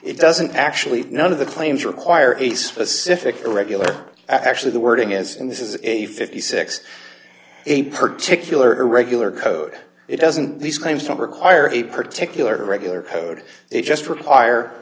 it doesn't actually none of the claims require a specific irregular actually the wording is in this is a fifty six a particular regular code it doesn't these claims from require a particular regular code it just require